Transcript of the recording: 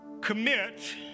Commit